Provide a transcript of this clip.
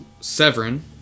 Severin